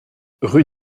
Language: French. rue